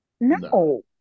No